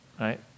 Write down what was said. right